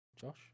Josh